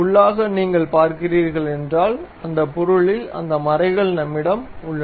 உள்ளாக நீங்கள் பார்க்கிறீர்கள் என்றால் அந்த பொருளில் அந்த மறைகள் நம்மிடம் உள்ளன